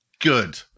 good